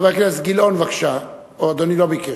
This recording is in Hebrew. חבר הכנסת גילאון, בבקשה, או אדוני לא ביקש.